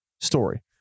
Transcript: story